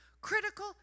critical